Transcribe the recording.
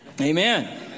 Amen